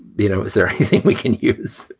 you know. is there anything we can use?